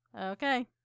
Okay